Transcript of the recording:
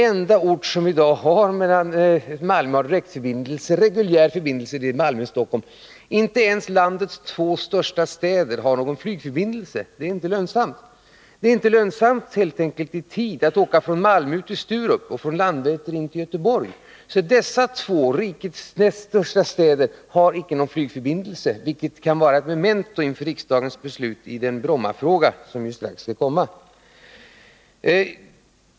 Inte ens landets två näst största städer har någon flygförbindelse med varandra. Det är inte lönsamt. Det är helt enkelt inte lönsamt i tid att åka från Malmö till Sturup och från Landvetter in till Göteborg. Dessa två städer, rikets näst största, har icke någon flygförbindelse med varandra, vilket kan vara ett memento inför riksdagens beslut i Brommafrågan som snart skall komma upp.